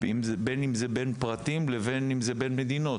בין אם זה בין פרטים לבין אם זה בין מדינות.